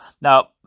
Now